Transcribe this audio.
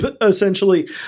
essentially